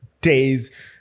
days